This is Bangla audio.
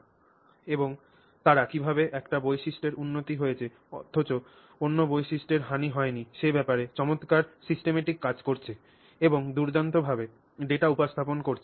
Refer Time 2400 এবং তারা কীভাবে একটি বৈশিষ্ট্যের উন্নতি হয়েছে অথচ অন্য বৈশিষ্ট্যের হানি হয় নি সে ব্যাপারে চমৎকার সিস্টেমেটিক কাজ করেছে এবং দুর্দান্তভাবে ডেটা উপস্থাপন করেছে